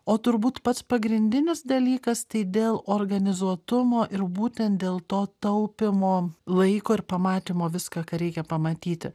o turbūt pats pagrindinis dalykas tai dėl organizuotumo ir būtent dėl to taupymo laiko ir pamatymo viską ką reikia pamatyti